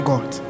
God